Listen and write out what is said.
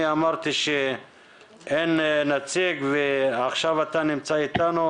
אמרתי שאין נציג ועכשיו אתה נמצא איתנו,